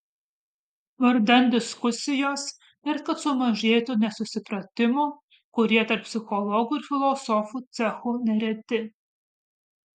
vardan diskusijos ir kad sumažėtų nesusipratimų kurie tarp psichologų ir filosofų cechų nereti